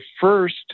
first